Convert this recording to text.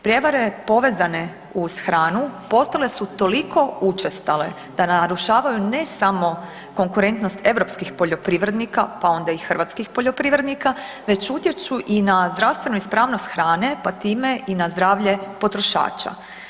Prijevare povezane uz hranu postale su toliko učestale da narušavaju ne samo konkurentnost europskih poljoprivrednika pa onda i hrvatskih poljoprivrednika već utječu i na zdravstvenu ispravnost hrane pa time i na zdravlje potrošača.